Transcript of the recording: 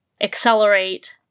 accelerate